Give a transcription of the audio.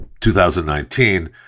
2019